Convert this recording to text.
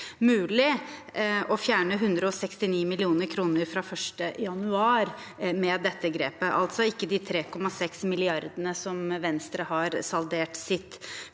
mulig å fjerne 169 mill. kr fra 1. januar med dette grepet, altså ikke de 3,6 milliardene som Venstre har saldert sitt